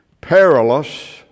perilous